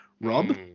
Rob